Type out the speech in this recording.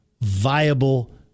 viable